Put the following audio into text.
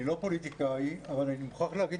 אני לא פוליטיקאי אבל אני מוכרח להגיד